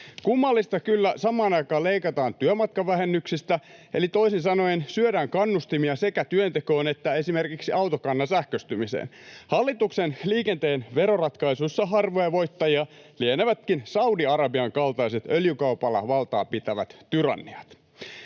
Kummallista kyllä, samaan aikaan leikataan työmatkavähennyksistä, eli toisin sanoen syödään kannustimia sekä työntekoon että esimerkiksi autokannan sähköistymiseen. Hallituksen liikenteen veroratkaisuissa harvoja voittajia lienevätkin Saudi-Arabian kaltaiset öljykaupalla valtaa pitävät tyranniat.